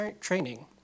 training